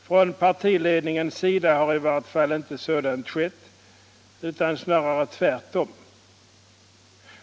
Från partiledningens sida har i vart fall intet sådant skett utan snarare tvärtom.